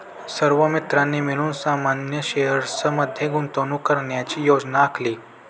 सर्व मित्रांनी मिळून सामान्य शेअर्स मध्ये गुंतवणूक करण्याची योजना आखली